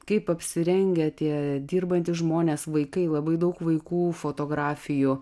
kaip apsirengę tie dirbantys žmonės vaikai labai daug vaikų fotografijų